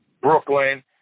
Brooklyn